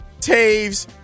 Taves